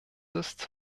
ist